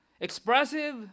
expressive